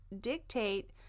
dictate